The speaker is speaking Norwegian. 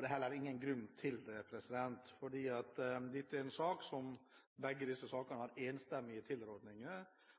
Det er heller ingen grunn til det, for det er i begge disse sakene enstemmige tilrådninger. Sakene henger i hop. Den ene er en